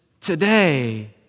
today